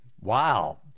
Wow